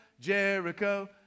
Jericho